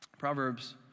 Proverbs